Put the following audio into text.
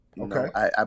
Okay